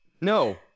No